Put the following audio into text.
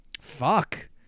Fuck